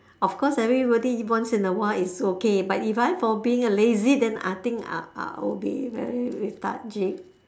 of course everybody once in a while is okay but if I for being lazy then I think I I will be very lethargic